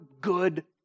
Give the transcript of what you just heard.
good